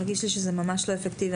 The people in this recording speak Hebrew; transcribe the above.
זה מרגיש לי שזה ממש לא אפקטיבי.